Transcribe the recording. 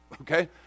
okay